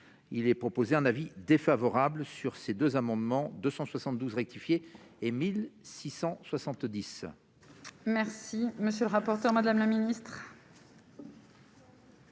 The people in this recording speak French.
il est proposé un avis défavorable sur ces deux amendements 272 rectifié et 1000 600 70. Merci, monsieur le rapporteur, Madame la Ministre.